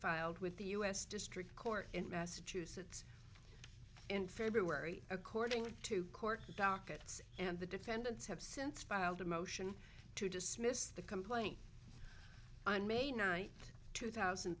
filed with the u s district court in massachusetts in february according to court dockets and the defendants have since filed a motion to dismiss the complaint on may ninth two thousand